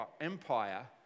Empire